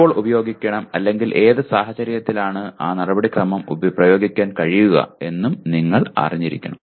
എപ്പോൾ ഉപയോഗിക്കണം അല്ലെങ്കിൽ ഏത് സാഹചര്യത്തിലാണ് ആ നടപടിക്രമം പ്രയോഗിക്കാൻ കഴിയുക എന്നും നിങ്ങൾ അറിഞ്ഞിരിക്കണം